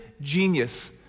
genius